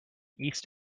east